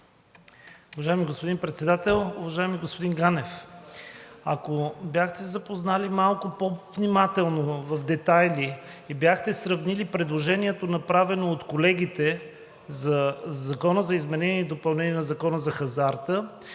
Уважаеми господин Председател! Уважаеми господин Ганев, ако се бяхте запознали малко по-внимателно, в детайли, и бяхте сравнили предложението, направено от колегите за Закона за изменение и допълнение на Закона за хазарта,